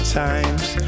times